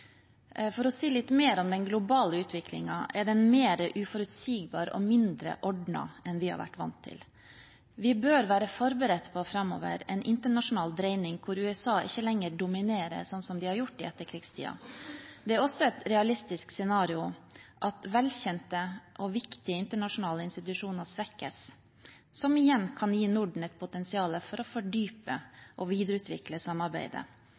For å si litt mer om den globale utviklingen: Den er mer uforutsigbar og mindre ordnet enn vi har vært vant til. Vi bør framover være forberedt på en internasjonal dreining der USA ikke lenger dominerer, slik de har gjort i etterkrigstiden. Det er også et realistisk scenario at velkjente og viktige internasjonale institusjoner svekkes, noe som igjen kan gi Norden et potensial for å fordype og videreutvikle samarbeidet